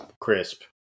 crisp